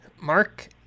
Mark